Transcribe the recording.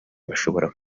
bashobora